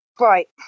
Right